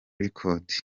record